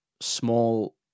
small